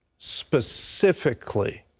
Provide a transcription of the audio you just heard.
specifically,